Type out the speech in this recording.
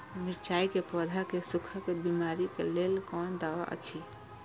मिरचाई के पौधा के सुखक बिमारी के लेल कोन दवा अछि?